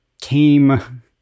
came